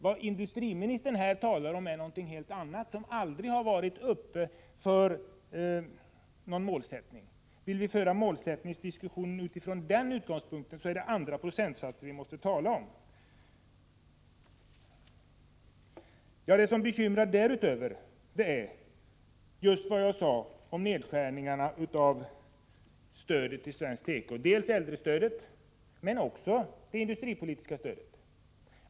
Det industriministern här talar om är någonting helt annat, som det aldrig har angetts någon målsättning för. Vill vi föra målsättnihgsdiskussionen utifrån den utgångspunkten är det andra procentsatser vi måste tala om. Det som bekymrar därutöver är just det jag sade om nedskärningarna av stödet till svensk teko, dels äldrestödet men dels också det industripolitiska stödet.